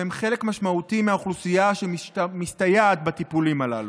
שהם חלק משמעותי מהאוכלוסייה שמסתייעת בטיפולים הללו.